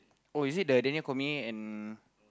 oh is it the Daniel and